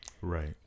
Right